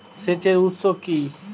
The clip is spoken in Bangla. সেচের উৎস কি?